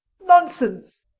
nonsense,